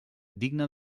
digna